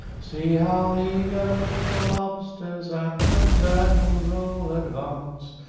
see how eagerly the lobsters and the turtles all advance!